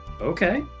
Okay